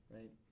Right